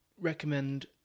recommend